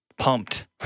pumped